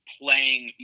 playing